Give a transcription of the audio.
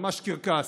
ממש קרקס.